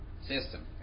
system